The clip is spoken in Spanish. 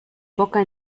poca